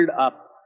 up